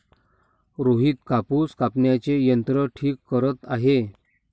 रोहित कापूस कापण्याचे यंत्र ठीक करत आहे